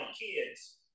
kids